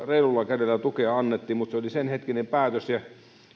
reilulla kädellä tukea annettiin mutta se oli senhetkinen päätös ja